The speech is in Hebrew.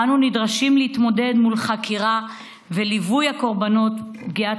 אנו נדרשים להתמודד מול חקירה וליווי קורבנות הפגיעה